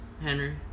Henry